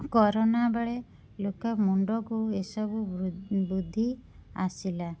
corona ବେଳେ ଲୋକ ମୁଣ୍ଡକୁ ଏସବୁ ବୁଦ୍ଧି ଆସିଲା